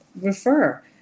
refer